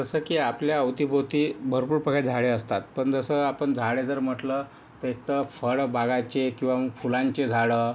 जसं की आपल्या अवतीभवती भरपूर प्रकारची झाडे असतात पण जसं आपण झाडे जर म्हटलं तर एक तर फळ बागाचे किंवा फुलांचे झाडं